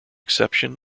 exception